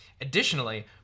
Additionally